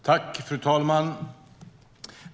Svar på interpellationer Fru talman!